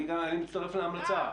אני גם מצטרף להמלצה.